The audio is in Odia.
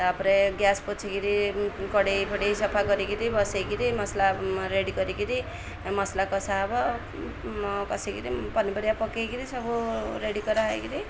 ତାପରେ ଗ୍ୟାସ୍ ପୋଛିିକିରି କଡ଼େଇ ଫଡ଼େଇ ସଫା କରିକିରି ବସେଇକିରି ମସଲା ରେଡି କରିକିରି ମସଲା କଷା ହବ କଷିକିରି ପନିପରିବା ପକେଇକିରି ସବୁ ରେଡ଼ି କରା ହେଇକିରି